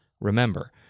Remember